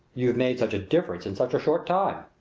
you've made such a difference in such a short time!